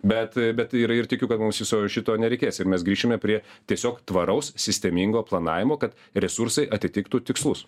bet bet ir ir tikiu kad mums viso šito nereikės ir mes grįšime prie tiesiog tvaraus sistemingo planavimo kad resursai atitiktų tikslus